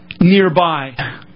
nearby